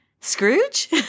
Scrooge